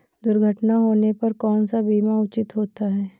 दुर्घटना होने पर कौन सा बीमा उचित होता है?